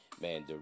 man